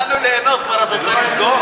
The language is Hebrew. כשהתחלנו ליהנות, כבר את רוצה לסגור?